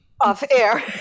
Off-air